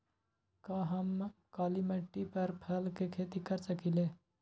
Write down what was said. का हम काली मिट्टी पर फल के खेती कर सकिले?